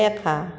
Sulekha